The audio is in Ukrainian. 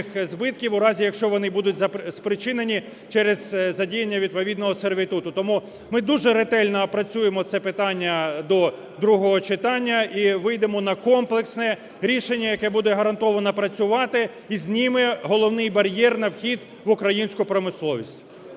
у разі, якщо вони будуть спричинені через задіяння відповідного сервітуту. Тому ми дуже ретельно опрацюємо це питання до другого читання і вийдемо на комплексне рішення, яке буде гарантовано працювати і зніме головний бар'єр на вхід в українську промисловість.